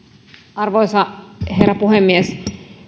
arvoisa herra puhemies